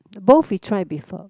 both we try before